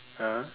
(uh huh)